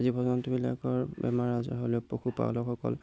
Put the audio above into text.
জীৱ জন্তুবিলাকৰ বেমাৰ আজাৰ হ'লেও পশুপালকসকল